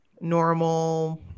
normal